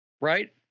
right